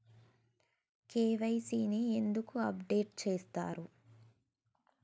KYC ని ఎందుకు update చేత్తరు?